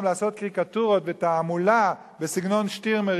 לעשות קריקטורות ותעמולה בסגנון "שטירמר",